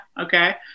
okay